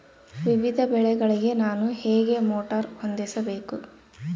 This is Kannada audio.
ವಿವಿಧ ಬೆಳೆಗಳಿಗೆ ನಾನು ಹೇಗೆ ಮೋಟಾರ್ ಹೊಂದಿಸಬೇಕು?